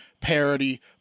parody